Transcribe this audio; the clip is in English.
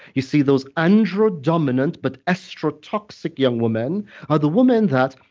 you see, those andro-dominant but estro-toxic young women are the women that,